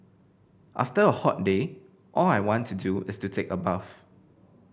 after a hot day all I want to do is to take a bath